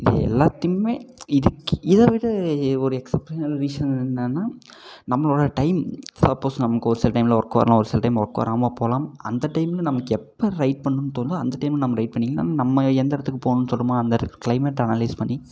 இது எல்லாத்தையுமே இதுக்கு இதை விட ஒரு எக்ஸெப்ட்டான ரீசன் என்னென்னா நம்மளோட டைம் சப்போஸ் நமக்கு ஒரு சில டைமில் ஒர்க் வரலாம் ஒரு சில டைமில் ஒர்க் வராமல் போகலாம் அந்த டைமில் நமக்கு எப்போ ரைட் பண்ணுன்னு தோணுதோ அந்த டைமில் நம்ம ரைட் பண்ணிக்கலாம் நம்ம எந்த இடத்துக்கு போகணுன்னு சொல்கிறமோ அந்த இடத்துக்கு கிளைமேட் அனலைஸ் பண்ணி